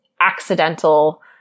accidental